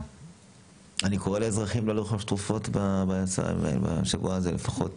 אני קורא לאזרחים לא לרכוש תרופות בשבוע הזה לפחות.